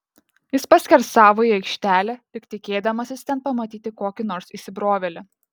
jis paskersavo į aikštelę lyg tikėdamasis ten pamatyti kokį nors įsibrovėlį